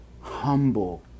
humble